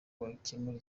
bakemure